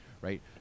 right